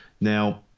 now